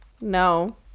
no